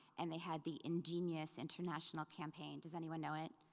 and they had the ingenious international campaign, does anyone know it?